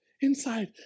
inside